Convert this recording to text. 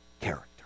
character